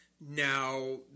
Now